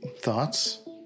thoughts